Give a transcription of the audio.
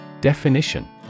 Definition